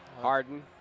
Harden